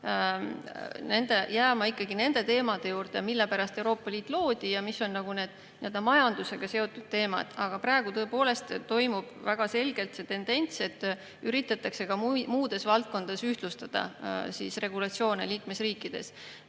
rohkem jääma nende teemade juurde, mille pärast Euroopa Liit loodi ja mis on need nii-öelda majandusega seotud teemad. Aga praegu tõepoolest toimub väga selgelt see tendents, et üritatakse ka muudes valdkondades ühtlustada regulatsioone liikmesriikides.